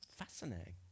fascinating